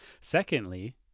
Secondly